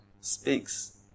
speaks